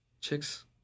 chicks